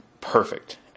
perfect